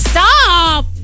Stop